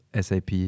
SAP